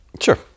Sure